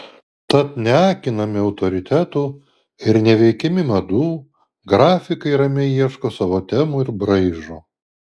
tad neakinami autoritetų ir neveikiami madų grafikai ramiai ieško savo temų ir braižo